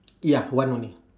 ya one only